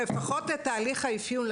לפחות את תהליך האפיון,